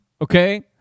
Okay